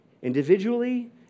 Individually